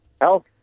Health